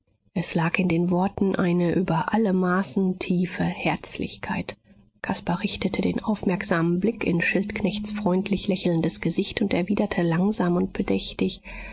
es lag in den worten eine über alle maßen tiefe herzlichkeit caspar richtete den aufmerksamen blick in schildknechts freundlich lächelndes gesicht und erwiderte langsam und bedächtig